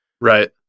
Right